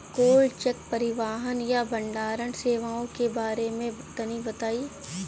Cold chain परिवहन या भंडारण सेवाओं के बारे में तनी बताई?